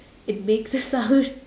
it makes a sound